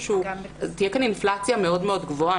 תהיה אינפלציה מאוד גבוהה.